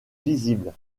visibles